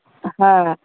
হ্যাঁ